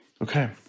okay